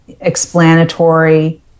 explanatory